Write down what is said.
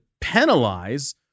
penalize